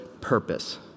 purpose